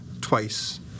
twice